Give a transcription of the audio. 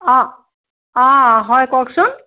অঁ অঁ হয় কওকচোন